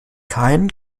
kein